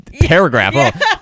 paragraph